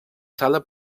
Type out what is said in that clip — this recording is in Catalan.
sala